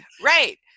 Right